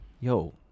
Yo